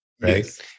right